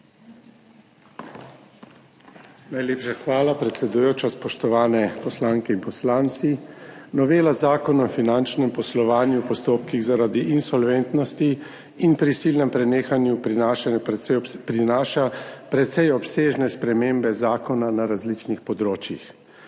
Najlepša hvala, predsedujoča. Spoštovane poslanke in poslanci! Novela Zakona o finančnem poslovanju v postopkih zaradi insolventnosti in prisilnem prenehanju prinaša precej obsežne spremembe zakona na različnih področjih.